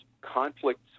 conflicts